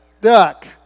duck